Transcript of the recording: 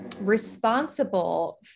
Responsible